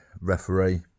referee